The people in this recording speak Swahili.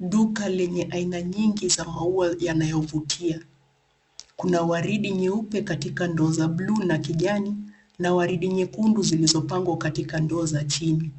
Duka lenye aina nyingi za maua yanayovutia. Kuna waridi nyeupe katika ndoo za bluu na kijani na waridi nyekundu zilizopangwa katika ndoo za chini.